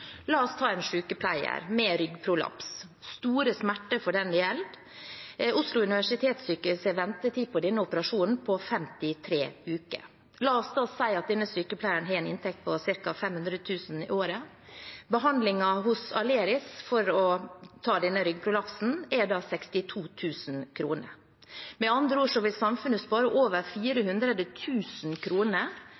La oss ta en sykepleier med ryggprolaps. Det er store smerter for den det gjelder. Oslo universitetssykehus har ventetid på denne operasjonen på 53 uker. La oss si at denne sykepleieren har en inntekt på ca. 500 000 kr i året. Behandlingen hos Aleris for å ta denne ryggprolapsen er 62 000 kr. Med andre ord vil samfunnet spare over